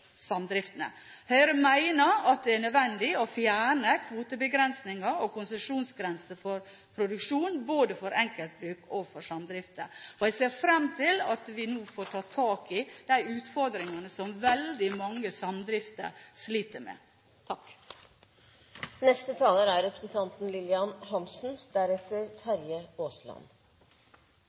samdriftene. Høyre mener det er nødvendig å fjerne kvotebegrensninger og konsesjonsgrenser for produksjon både for enkeltbruk og for samdrifter. Jeg ser fram til at vi nå får tatt tak i de utfordringene som veldig mange samdrifter sliter med. Bakteppet for denne meldingen er,